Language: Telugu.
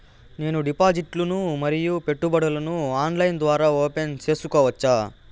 నేను డిపాజిట్లు ను మరియు పెట్టుబడులను ఆన్లైన్ ద్వారా ఓపెన్ సేసుకోవచ్చా?